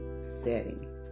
setting